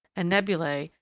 and nebulae,